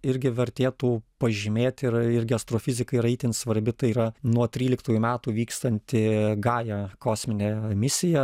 irgi vertėtų pažymėti ir irgi astrofizikai yra itin svarbi tai yra nuo tryliktųjų metų vykstanti gaja kosminė misija